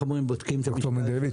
ד"ר מנדלוביץ,